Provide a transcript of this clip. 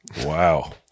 Wow